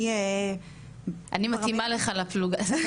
אני --- אני מתאימה לך לפלוגה.